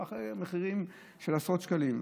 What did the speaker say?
ואחרי זה מחירים של עשרות שקלים.